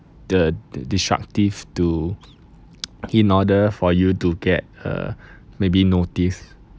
the destructive to in order for you to get uh maybe notice